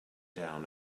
down